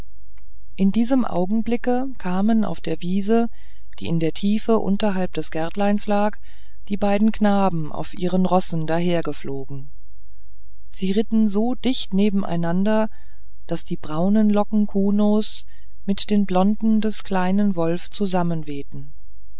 in diesem augenblicke kamen auf der wiese die in der tiefe unterhalb des gärtleins lag die beiden knaben auf ihren rossen dahergeflogen sie ritten so dicht nebeneinander daß die braunen locken kunos mit den blonden des kleinen wolf